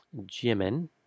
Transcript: Jimin